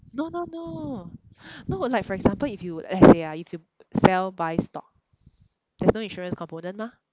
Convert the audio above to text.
no no no no like for example if you let's say ah if you sell buy stock there's no insurance component mah